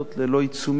ללא עיצומים,